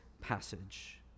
passage